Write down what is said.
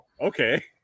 okay